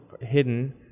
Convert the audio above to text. hidden